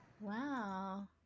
wow